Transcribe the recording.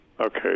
okay